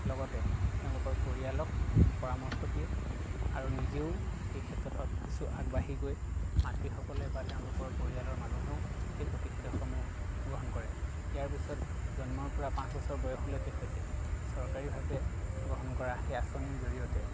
লগতে তেওঁলোকৰ পৰিয়ালক পৰামৰ্শ দিয়ে আৰু নিজেও এইক্ষেত্ৰত কিছু আগবাঢ়ি গৈ মাতৃসকলে বা তেওঁলোকৰ পৰিয়ালৰ মানুহেও সেই প্ৰতিষেধকসমূহ গ্ৰহণ কৰে ইয়াৰ পিছত জন্মৰ পৰা পাঁচ বছৰ বয়সলৈ সৈতে চৰকাৰীভাৱে গ্ৰহণ কৰা সেই আচঁনিৰ জৰিয়তে